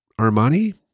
Armani